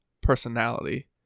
personality